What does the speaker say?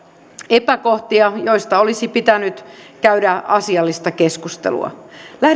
epäkohtia joista olisi pitänyt käydä asiallista keskustelua lähdetään liikkeelle ensinnäkin